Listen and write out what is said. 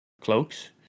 cloaks